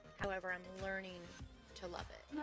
however, i'm learning to love it.